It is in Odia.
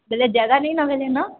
ବୋଲେ ଜାଗା ନେଇ ଲଗେଇଲ ନ